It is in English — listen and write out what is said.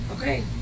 okay